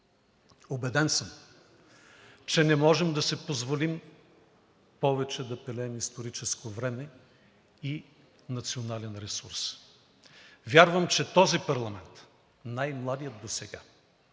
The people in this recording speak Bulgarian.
Убеден съм, че не можем да си позволим повече да пилеем историческо време и национален ресурс. Вярвам, че този парламент, най-младият досега,